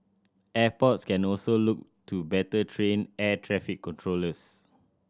airports can also look to better train air traffic controllers